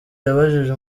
yabajije